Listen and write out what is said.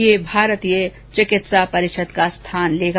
यह भारतीय चिकित्सा परिषद का स्थान लेगा